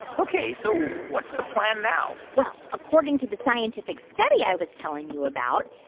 ok, so what's the plan now? well, according to the scientific study i was telling you about,